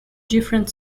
different